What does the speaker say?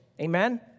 Amen